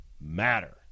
matter